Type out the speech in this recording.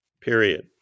period